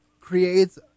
creates